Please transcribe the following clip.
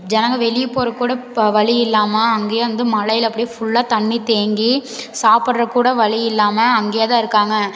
ஜனங்க வெளியே போகிறக்குக் கூட இப்போ வழி இல்லாமல் அங்கேயே வந்து மழையில அப்படியே ஃபுல்லா தண்ணி தேங்கி சாப்பிட்றக்குக் கூட வழி இல்லாமல் அங்கேயே தான் இருக்காங்க